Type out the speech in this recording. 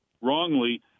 wrongly